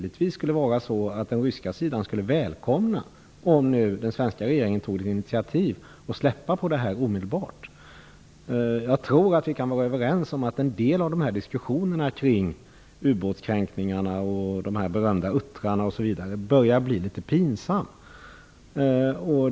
Därmed skulle också rimligtvis den ryska sidan välkomna om den svenska regeringen tog ett initiativ till att släppa dessa uppgifter omedelbart. Jag tror att vi kan vara överens om att en del av diskussionerna kring ubåtskränkningarna, de berömda uttrarna osv., börjar bli litet pinsamma.